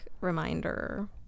reminder